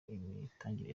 imitangire